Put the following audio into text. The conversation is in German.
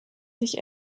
sich